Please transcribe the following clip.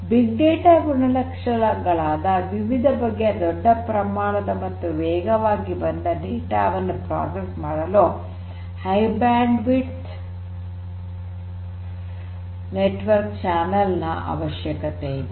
big data ಗುಣಲಕ್ಷಣಗಳಾದ ವಿವಿಧ ಬಗೆಯ ದೊಡ್ಡ ಪ್ರಮಾಣದ ಮತ್ತು ವೇಗವಾಗಿ ಬಂದ ಡೇಟಾ ವನ್ನು ಪ್ರೋಸೆಸ್ ಮಾಡಲು high bandwidth network channel ನ ಅವಶ್ಯಕತೆ ಇದೆ